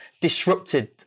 disrupted